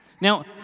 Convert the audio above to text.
Now